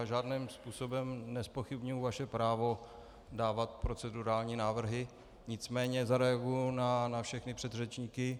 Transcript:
Já žádným způsobem nezpochybňuji vaše právo dávat procedurální návrhy, nicméně zareaguji na všechny předřečníky.